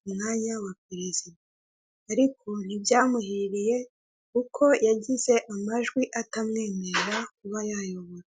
ku mwanya wa perezida. Ariko ntibyamuhiriye kuko yagize amajwi atamwemerera kuba yayobora.